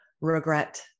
regret